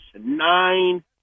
nine